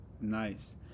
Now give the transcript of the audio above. nice